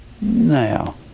Now